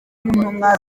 intumwa